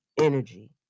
energy